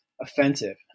offensive